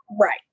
Right